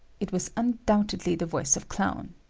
it was undoubtedly the voice of clown.